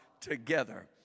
together